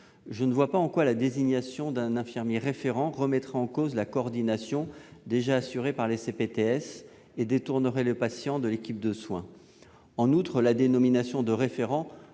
Je ne vois pas en quoi la désignation d'un infirmier référent remettrait en cause la coordination déjà assurée par les CPTS et détournerait les patients de l'équipe de soins. En outre, la dénomination de « référent